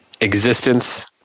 existence